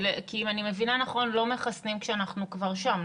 כי אם אני מבינה נכון לא מחסנים כשאנחנו כבר שם,